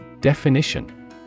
Definition